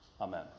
Amen